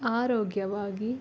ಆರೋಗ್ಯವಾಗಿ